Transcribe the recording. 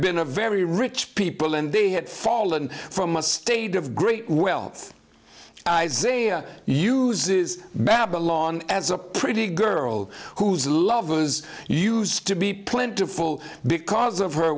been a very rich people and they had fallen from a state of great wealth isaiah uses babylon as a pretty girl whose love was used to be plentiful because of her